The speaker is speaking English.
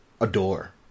adore